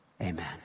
Amen